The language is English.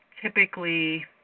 typically